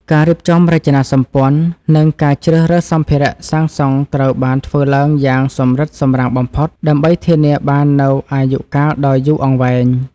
ការរៀបចំរចនាសម្ព័ន្ធ និងការជ្រើសរើសសម្ភារៈសាងសង់ត្រូវបានធ្វើឡើងយ៉ាងសម្រិតសម្រាំងបំផុត ដើម្បីធានាបាននូវអាយុកាលដ៏យូរអង្វែង។